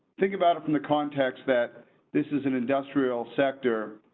think about it from the context that this is an industrial sector.